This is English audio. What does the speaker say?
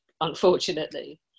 unfortunately